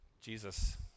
Jesus